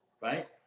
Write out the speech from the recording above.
right